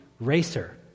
racer